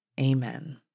Amen